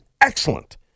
excellent